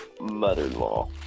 mother-in-law